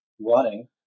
running